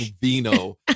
vino